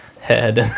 head